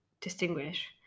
distinguish